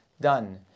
done